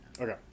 Okay